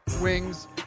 wings